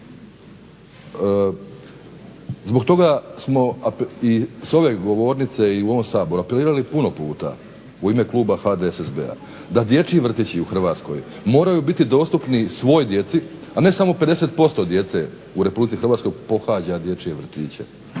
Zbog toga smo i s ove govornice i ovom Saboru apelirali puno puta u ime kluba HDSSB-a, da dječji vrtići u Hrvatskoj moraju biti dostupni svoj djeci, a ne samo 50% djece u Republici Hrvatskoj pohađa dječje vrtiće